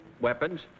weapons